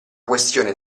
questione